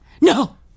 No